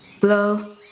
Blow